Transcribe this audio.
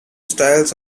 styles